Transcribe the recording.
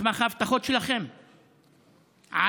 על